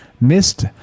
missed